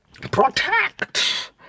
Protect